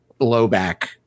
blowback